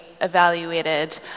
evaluated